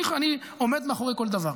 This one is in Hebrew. אני עומד מאחורי כל דבר.